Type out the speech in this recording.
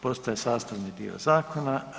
Postaje sastavni dio zakona.